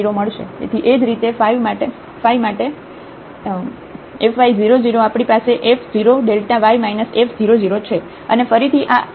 તેથી એ જ રીતે ફાય માટે fy 0 0 આપણી પાસે f 0 y માઈનસ f 0 0 છે અને ફરીથી આ આ X દલીલને કારણે તે અહીં 0 છે